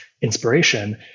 inspiration